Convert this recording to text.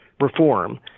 reform